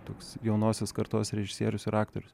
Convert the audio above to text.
toks jaunosios kartos režisierius ir aktorius